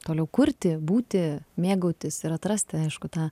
toliau kurti būti mėgautis ir atrasti aišku tą